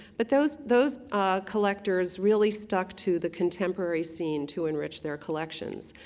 but those those collectors really stuck to the contemporary scene to enrich their collections.